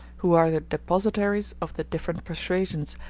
who are the depositaries of the different persuasions,